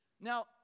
Now